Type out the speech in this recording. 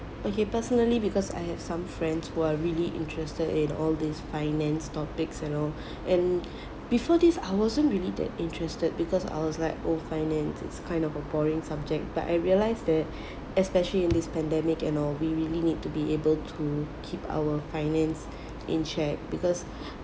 okay personally because I have some friends who are really interested in all these finance topics and all and before this I wasn't really that interested because I was like oh finance it's kind of a boring subject but I realise that especially in this pandemic and all we really need to be able to keep our finance in check because